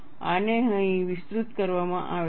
આને અહીં વિસ્તૃત કરવામાં આવે છે